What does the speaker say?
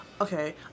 Okay